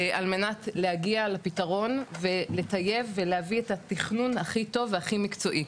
על מנת להגיע לפתרון ולטייב ולהביא את התכנון הכי טוב והכי מקצועי.